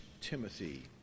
Timothy